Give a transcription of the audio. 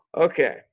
Okay